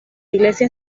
iglesia